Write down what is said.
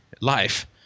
life